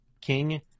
King